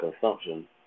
Consumption